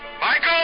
Michael